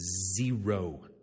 zero